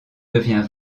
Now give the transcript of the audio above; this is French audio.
devient